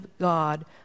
God